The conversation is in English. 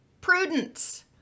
prudence